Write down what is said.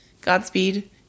Godspeed